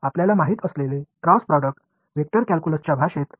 எனவே நாம் அறிந்துகொண்ட கிராஸ் ப்ராடக்ட் என்பது வெக்டர் கால்குலஸின் மொழியில் உள்ளது